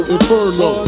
Inferno